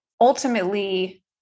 ultimately